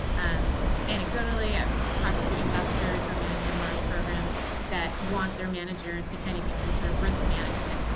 um anecdotally, i've talked to investors who are managing large programs that want their managers to kind of give them sort of risk management.